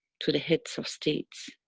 to the heads of states.